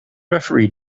referee